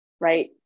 right